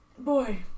Boy